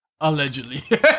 Allegedly